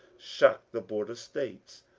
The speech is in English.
shocked the border states.